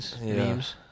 memes